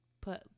put